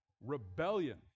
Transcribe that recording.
rebellion